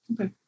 Okay